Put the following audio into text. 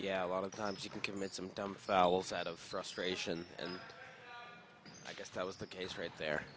yeah a lot of times you can commit some dumb fouls out of frustration and i guess that was the case right there